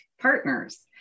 partners